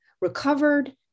Recovered